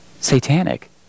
satanic